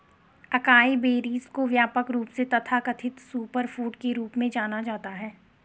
acai berries को व्यापक रूप से तथाकथित सुपरफूड के रूप में जाना जाता है